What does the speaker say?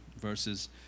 verses